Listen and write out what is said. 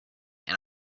and